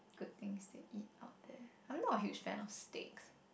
good things to eat out there I'm not a huge fan of stakes